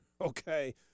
Okay